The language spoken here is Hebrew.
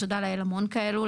תודה לאל, המון כאלו.